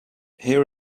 here